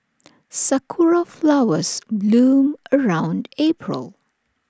Sakura Flowers bloom around April